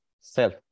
self